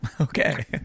Okay